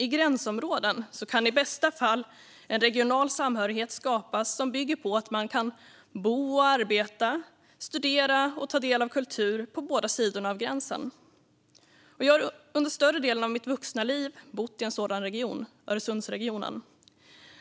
I gränsområden kan det i bästa fall skapas regional samhörighet som bygger på att man kan bo och arbeta, studera och ta del av kultur på båda sidorna av gränsen. Jag har under större delen av mitt vuxna liv bott i en sådan region, Öresundsregionen.